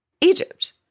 Egypt